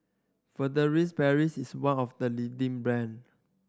Furtere Paris is one of the leading brand